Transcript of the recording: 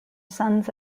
sons